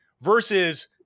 versus